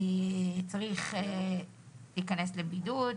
צריך להיכנס לבידוד,